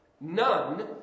none